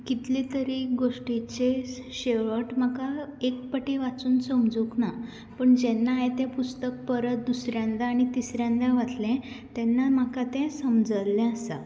कितलें तरी गोश्टीचें शेवट म्हाका एक पाटी वाचूंक समजूंक ना पूण जेन्ना हांवें तें पुस्तक परत दुसऱ्यांदा आनीक तिसऱ्यांदा वाचलें तेन्ना म्हाका तें समजल्ले आसा